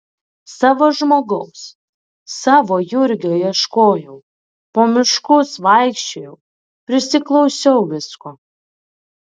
savo žmogaus savo jurgio ieškojau po miškus vaikščiojau prisiklausiau visko